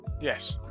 Yes